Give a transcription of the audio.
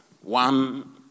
one